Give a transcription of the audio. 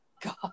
God